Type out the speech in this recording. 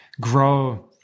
grow